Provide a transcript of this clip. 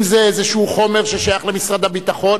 אם זה איזה חומר ששייך למשרד הביטחון,